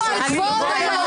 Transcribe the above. תשמרו על כבוד היושב-ראש.